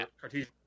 Cartesian